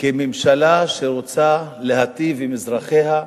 כממשלה שרוצה להטיב עם אזרחיה,